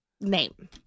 name